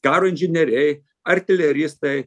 karo inžineriai artileristai